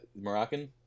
moroccan